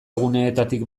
guneetatik